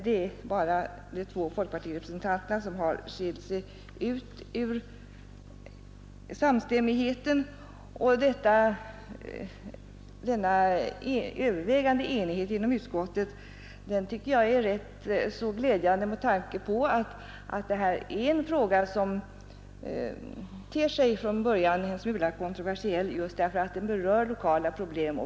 Det är bara de två folkpartirepresentanterna som har skilt sig ut ur samstämmigheten. Denna övervägande enighet inom utskottet tycker jag är glädjande med tanke på att detta är en fråga som från början ter sig en smula kontroversiell just därför att den berör lokala problem.